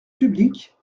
public